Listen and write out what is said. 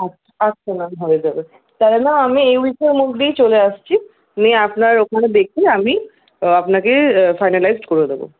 আচ্ছা আচ্ছা ম্যাম হয়ে যাবে আমি এই উইকের মধ্যেই চলে আসছি নিয়ে আপনার ওখানে দেখিয়ে আমি আপনাকে ফাইনালাইজড করে দেবো